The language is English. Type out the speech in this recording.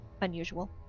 unusual